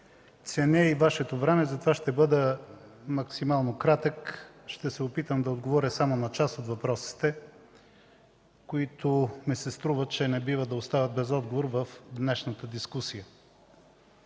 Ценя и Вашето време, затова ще бъда максимално кратък. Ще се опитам да отговоря само на част от въпросите, които ми се струва, че не бива да остават без отговор в днешната дискусия.